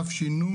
תש"ן,